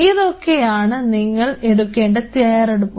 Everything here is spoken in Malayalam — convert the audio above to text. ഇതൊക്കെയാണ് നിങ്ങൾ എടുക്കേണ്ട തയ്യാറെടുപ്പുകൾ